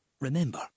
Remember